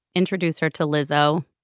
introduce her to lizzie oh